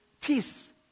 peace